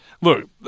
Look